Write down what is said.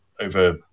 over